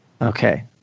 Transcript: Okay